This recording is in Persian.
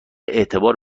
اعتبار